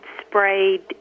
sprayed